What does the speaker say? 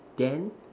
then